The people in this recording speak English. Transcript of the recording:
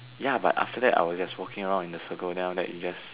ya but after that I was just walking around in a circle and after that you all just